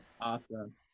awesome